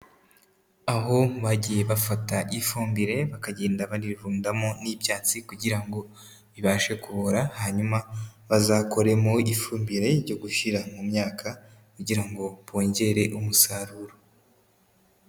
Aho bagiye bafata ifumbire bakagenda barirundamo n'ibyatsi kugira ngo ibashe kubora hanyuma bazakoremo ifumbire yo gushyira mu myaka kugira ngo bongere umusaruro.